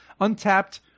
untapped